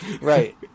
right